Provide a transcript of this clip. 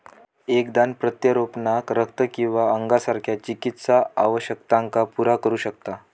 एक दान प्रत्यारोपणाक रक्त किंवा अंगासारख्या चिकित्सा आवश्यकतांका पुरा करू शकता